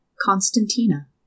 Constantina